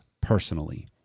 personally